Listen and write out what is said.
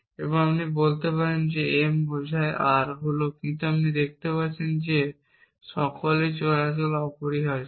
এবং আপনি বলতে পারেন m বোঝায় R হল কিন্তু আপনি দেখতে পাচ্ছেন যে সকলের চলাচল অপরিহার্য